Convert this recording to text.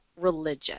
religion